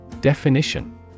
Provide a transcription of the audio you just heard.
Definition